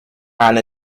and